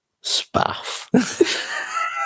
spaff